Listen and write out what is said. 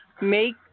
make